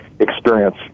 experience